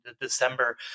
December